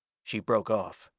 she broke off.